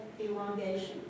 elongation